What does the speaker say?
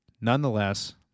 nonetheless